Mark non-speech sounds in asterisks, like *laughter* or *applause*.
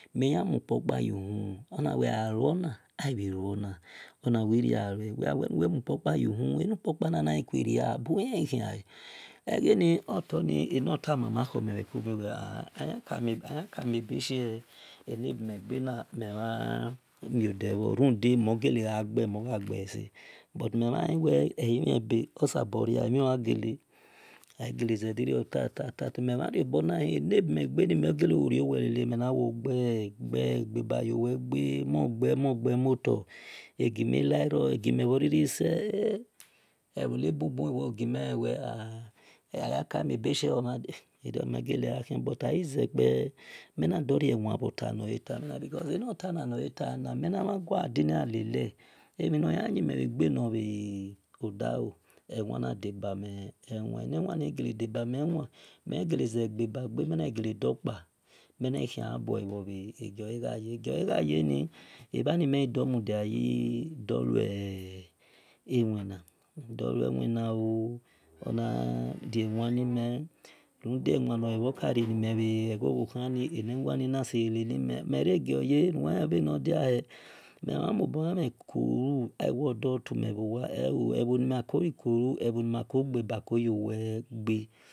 Meyemukoko unyihan onawe weawana avawana onawie lriawe buwehieahie egani otani anoraomoina himeveco miwe hia *hesitation* ahi kamiebshe animinmigana meveamedavo roda mogaliage ovage esia but mie mahiwe ehimiba oseborava gala agale oogini ta ta lo mevera obanahira nabimigani mihalaruwe lala minawoga ga ga gabauwaga moga- onoqamubao aqimilara ajiemiherese *hesitation* evonibubu wogamuhieetve a owekamiebzie uwea *hesitation* iramegala-ahi but ahizipa menadorawin otanoatani because anotani natana mwnavegakigina lale avenohn wemeagana *hesitation* vodio ewin nadabami ewin eniwin ni galadabmiwi megaziga lagabaga minegaladoka minahehiebua ega-age agayeni avamiedomidiaye e *hesitation* owina diye lwina o *hesitation* onarawine radawinakerenimi eghoni aniwini nasayelelimi miragara weganodihe mevomuobo ara kou *hesitation* euwida atwegawa eo ehonimakaikou ehonimahia kuga- bakoyowega.